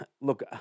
look